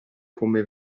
come